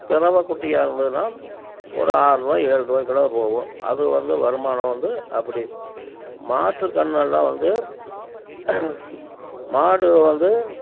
பெரவை குட்டியாக இருந்ததுனா ஒரு ஆறுருபா ஏழ்ருபாய்க்குள்ள போகும் அதும் வந்து வருமானம் வந்து அப்படி மாட்டுக்கன்னெல்லாம் வந்து மாடு வந்து